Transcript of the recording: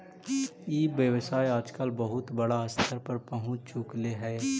ई व्यवसाय आजकल बहुत बड़ा स्तर पर पहुँच चुकले हइ